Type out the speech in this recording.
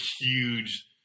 huge